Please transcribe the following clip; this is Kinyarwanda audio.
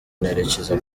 nerekeza